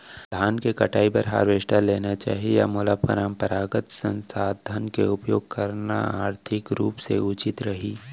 धान के कटाई बर हारवेस्टर लेना चाही या मोला परम्परागत संसाधन के उपयोग करना आर्थिक रूप से उचित रही?